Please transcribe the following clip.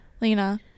Lena